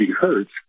hertz